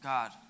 God